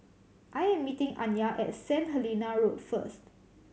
I am meeting Anya at Saint Helena Road first